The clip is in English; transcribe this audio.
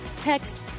Text